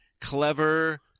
clever